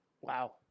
Wow